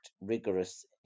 rigorous